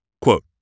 Quote